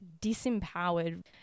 disempowered